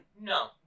no